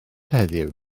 heddiw